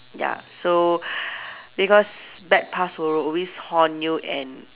ya so because bad past will always haunt you and